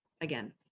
again